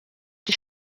die